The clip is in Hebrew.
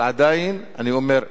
אבל עדיין אני אומר,